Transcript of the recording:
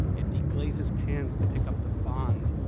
it deglazes pans to pick up the fond,